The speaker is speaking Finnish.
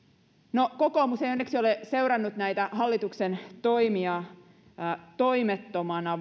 no kokoomus ei onneksi ole seurannut näitä hallituksen toimia toimettomana